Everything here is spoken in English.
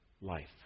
life